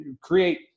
create